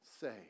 say